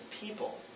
people